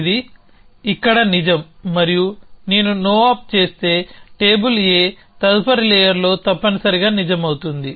ఇది ఇక్కడ నిజం మరియు నేను no op చేస్తే టేబుల్ A తదుపరి లేయర్లో తప్పనిసరిగా నిజం అవుతుంది